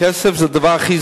כסף זה דבר קטן.